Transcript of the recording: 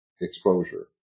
exposure